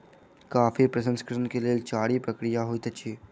coffee प्रसंस्करण के लेल चाइर प्रक्रिया होइत अछि